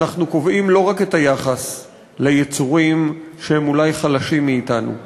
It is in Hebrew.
אנחנו קובעים לא רק את היחס ליצורים שהם אולי חלשים מאתנו,